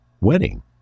wedding